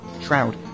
Shroud